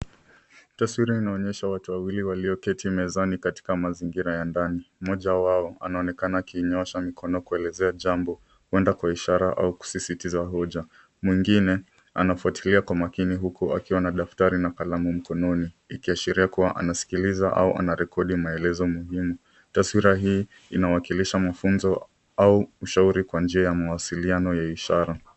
Taswira inaonyesha watu wawili walio keti mezani katika mazingira ya ndani. Mmoja wao anaoanekana akiinyoasha mikono kuelezea jambo, huenda kwa ishara au kusisitiza hoja. Mwingine anafwatilia kwa makini huko akiwa na daftari na kalamu mkononi ikiashirekua anasikiliza au anarekodi maelezo muhimu. Taswira hii inawakilisha mafunzo au ushauri kwa njia ya mawasiliano ya ishara.